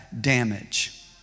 damage